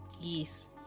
Yes